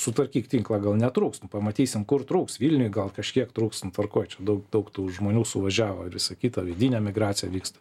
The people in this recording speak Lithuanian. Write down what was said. sutvarkyk tinklą gal netrūkst nu pamatysim kur trūks vilniuj gal kažkiek trūks nu tvarkoj čia daug daug tų žmonių suvažiavo ir visa kita vidinė migracija vyksta